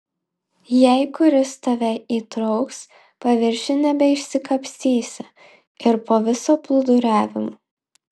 jei kuris tave įtrauks paviršiun nebeišsikapstysi ir po viso plūduriavimo